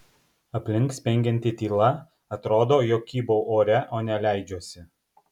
aplink spengianti tyla atrodo jog kybau ore o ne leidžiuosi